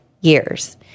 years